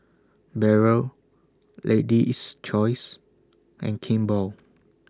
Barrel Lady's Choice and Kimball